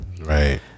Right